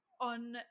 on